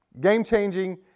Game-changing